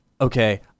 okay